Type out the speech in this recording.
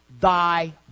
thy